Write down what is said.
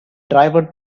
driver